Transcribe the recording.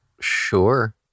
Sure